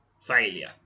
Failure